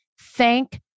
thank